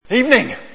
Evening